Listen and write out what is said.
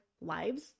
lives